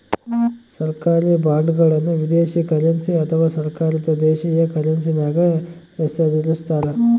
ಸರ್ಕಾರಿ ಬಾಂಡ್ಗಳನ್ನು ವಿದೇಶಿ ಕರೆನ್ಸಿ ಅಥವಾ ಸರ್ಕಾರದ ದೇಶೀಯ ಕರೆನ್ಸ್ಯಾಗ ಹೆಸರಿಸ್ತಾರ